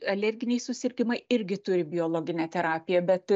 alerginiai susirgimai irgi turi biologinę terapiją bet